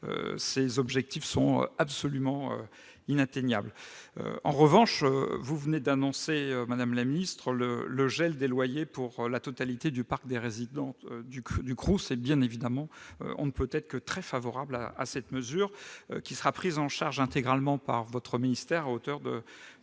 les objectifs fixés sont absolument inatteignables. En revanche, vous venez d'annoncer, madame la ministre, le gel des loyers pour la totalité du parc des résidents du Crous. Bien évidemment, on ne peut être que très favorable à cette mesure, qui sera prise en charge intégralement par votre ministère, à hauteur de